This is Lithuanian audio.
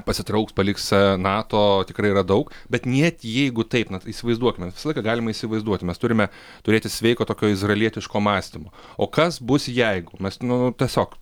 pasitrauks paliks nato tikrai yra daug bet net jeigu taip na t įsivaizduokime visą laiką galima įsivaizduoti mes turime turėti sveiko tokio izraelietiško mąstymo o kas bus jeigu mes nu tiesiog